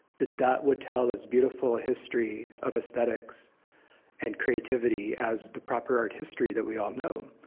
that that would tell as beautiful a history of aesthetics and creativity as the proper art history that we all know.